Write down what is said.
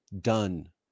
done